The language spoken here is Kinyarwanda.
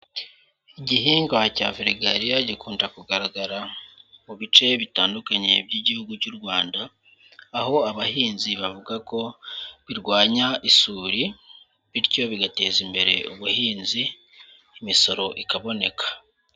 Igihingwa cya veregariya gikunda kugaragara mu bice bitandukanye by'igihugu cy'u Rwanda, aho abahinzi bavuga ko birwanya isuri bityo bigateza imbere ubuhinzi imisoro ikaboneka.